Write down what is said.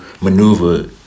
maneuver